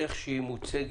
איך שהוא מוצג